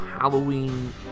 Halloween